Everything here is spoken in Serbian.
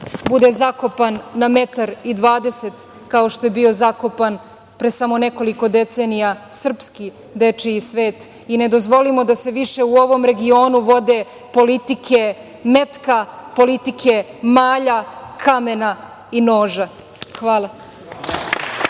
bude zakopan na 1,2 metra, kao što je bio zakopan pre samo nekoliko decenija srpski dečiji svet. I ne dozvolimo da se više u ovom regionu vode politike metka, politike malja, kamena i noža. Hvala.